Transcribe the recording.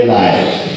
life